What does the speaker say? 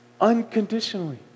unconditionally